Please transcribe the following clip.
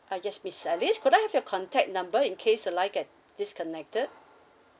ah yes miss alice could I have your contact number in case the line get disconnected